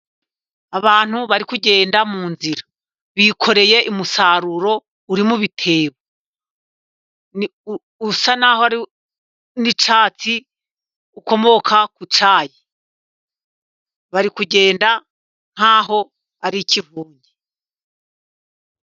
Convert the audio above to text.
Abantu bari kugenda mu nzira, bikoreye umusaruro uri mu bitebo usa n'icyatsi ukomoka ku cyayi bari kugenda nk'aho ari ikivunge.